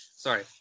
Sorry